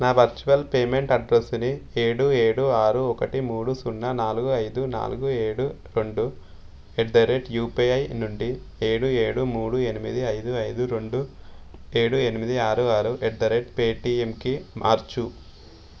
నా virtual payment అడ్రెస్సుని ఏడు ఏడు ఆరు ఒకటి మూడు సున్న నాలుగు ఐదు నాలుగు ఏడు రెండు ఎట్ ద రేట్ యుపిఐ నుండి ఏడు ఏడు మూడు ఎనిమిది ఐదు ఐదు రెండు ఏడు ఎనిమిది ఆరు ఆరు ఎట్ ద రేట్ పేటియంకి మార్చు